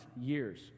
years